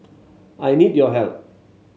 I need your help